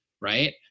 Right